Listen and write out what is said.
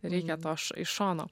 reikia to š iš šono